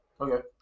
Okay